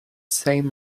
same